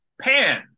Pan